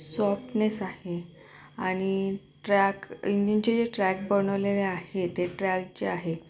softness आहे आणि track इंजिनचे जे ट्रॅक बनवलेले आहे ते ट्रॅक जे आहे